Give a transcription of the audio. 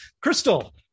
Crystal